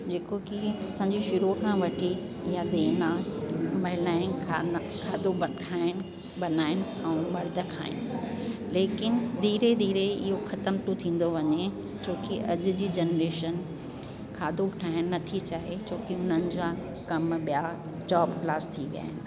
जेको की असांजे शुरुअ खां वठी इहा देन आहे महिलाएनि खां खाधो ठाहिण बणाइण ऐं मर्द खाइण लेकिन धीरे धीरे इहो ख़तम थो थींदो वञे छोकी अॼु जी जनरेशन खाधो ठाहिण नथी चाहे छोकी उन्हनि जा कम ॿिया जॉब क्लास थी विया आहिनि